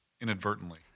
inadvertently